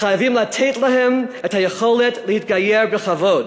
חייבים לתת להם את היכולת להתגייר בכבוד,